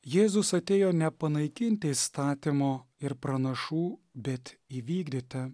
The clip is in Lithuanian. jėzus atėjo nepanaikinti įstatymo ir pranašų bet įvykdyti